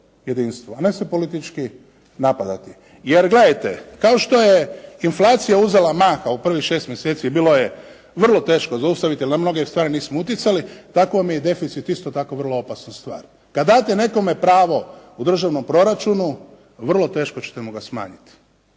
a ne se politički napadati. Jer gledajte, kao što je inflacija uzela maha u prvih 6 mjeseci bilo je vrlo teško zaustaviti jer na mnoge strane nismo utjecali, tako vam je i deficit isto tako vrlo opasna stvar. Kad date nekome pravo u državnom proračunu vrlo teško ćete mu ga smanjiti.